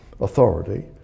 authority